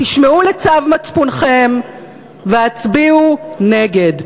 תשמעו לצו מצפונכם והצביעו נגד.